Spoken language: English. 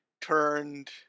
turned